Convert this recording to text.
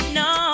no